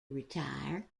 retire